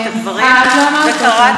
את באמת דיברת על הנאום עצמו.